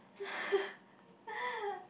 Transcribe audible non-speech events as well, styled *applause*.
*laughs*